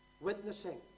witnessing